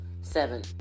Seven